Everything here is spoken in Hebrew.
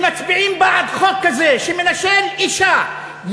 שמצביעים בעד חוק כזה שמנשל אישה,